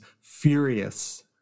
furious